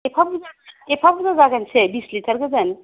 एफा बुरजा एफा बुरजा जागोनसै बिस लिथार गोजों